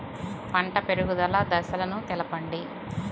పంట పెరుగుదల దశలను తెలపండి?